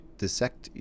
dissect